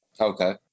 Okay